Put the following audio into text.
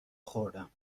خوردم